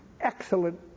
excellent